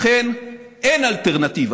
לכן, אין אלטרנטיבה.